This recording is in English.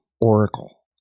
oracle